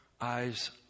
eyes